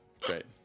Great